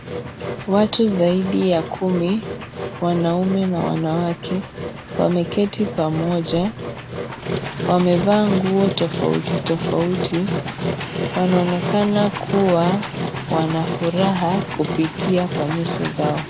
Watu zaidi ya kumi wanaume na wanawake wameketi pamoja, wamevaa nguo tofautitofauti. Wanaonekana kuwa wana furaha kupitia kwa nyuso zao.